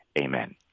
Amen